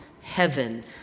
heaven